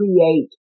create